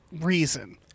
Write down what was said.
reason